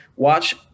watch